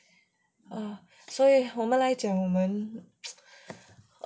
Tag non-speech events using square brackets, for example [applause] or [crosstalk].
所以我们来讲我们 [noise]